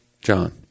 John